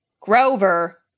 Grover